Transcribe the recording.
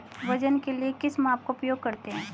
वजन के लिए किस माप का उपयोग करते हैं?